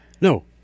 No